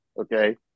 okay